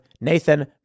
Nathan